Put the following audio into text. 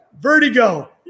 Vertigo